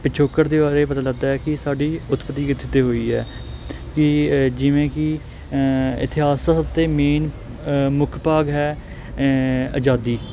ਪਿਛੋਕੜ ਦੇ ਬਾਰੇ ਪਤਾ ਲੱਗਦਾ ਹੈ ਕਿ ਸਾਡੀ ਉਤਪਤੀ ਕਿੱਥੇ ਤੋਂ ਹੋਈ ਹੈ ਕਿ ਜਿਵੇਂ ਕਿ ਇਤਿਹਾਸ ਦਾ ਸਭ ਤੋਂ ਮੇਨ ਮੁੱਖ ਭਾਗ ਹੈ ਆਜ਼ਾਦੀ